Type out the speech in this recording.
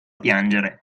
piangere